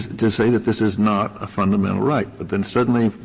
to say that this is not a fundamental right. but then suddenly,